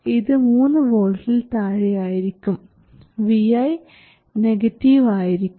ഇത് 3 വോൾട്ടിൽ താഴെയായിരിക്കും vi നെഗറ്റീവ് ആയിരിക്കും